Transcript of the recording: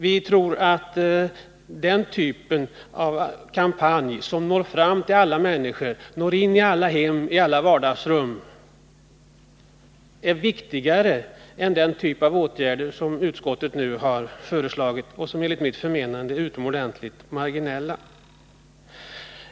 Vi tror att den sortens kampanj, som når fram till alla människor, som når in i alla hem och alla vardagsrum, är viktigare än den typ av åtgärder som utskottet nu föreslagit och som enligt mitt förmenande har utomordentligt marginell effekt.